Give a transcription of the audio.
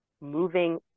moving